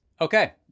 Okay